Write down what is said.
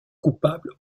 coupable